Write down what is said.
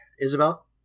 Isabel